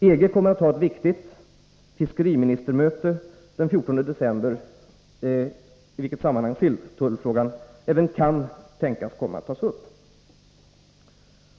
EG kommer att ha ett viktigt fiskeriministermöte den 14 december, i vilket sammanhang även silltullfrågan kan tänkas komma att tas upp.